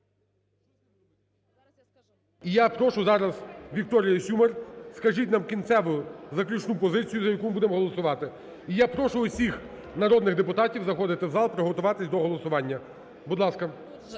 я прошу зараз Вікторію Сюмар, скажіть нам кінцеву, заключну позицію, за яку ми будемо голосувати. І я прошу усіх народних депутатів заходити в зал, приготуватись до голосування. Будь ласка.